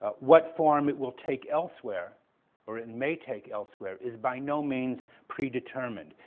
ah what form it will take elsewhere or it and may take elsewhere is by no means predetermined.